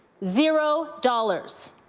zero dollars.